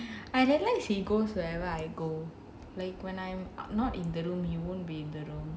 I realise he goes wherever I go like when I'm not in the room you won't be below